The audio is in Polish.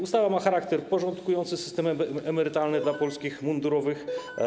Ustawa ma charakter porządkujący system emerytalny dla polskich mundurowych.